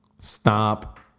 stop